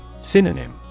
Synonym